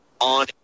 on